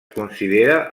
considera